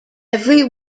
every